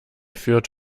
führt